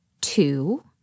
Two